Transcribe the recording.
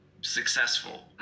successful